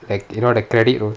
like you know the credit all